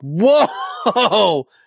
Whoa